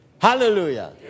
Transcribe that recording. Hallelujah